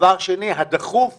דבר שני, הדחוף ביותר,